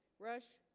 rush